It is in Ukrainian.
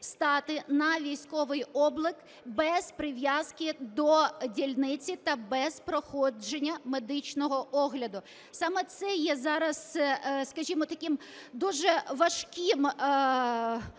на військовий облік без прив'язки до дільниці та без проходження медичного огляду. Саме це є зараз, скажімо, таким дуже важким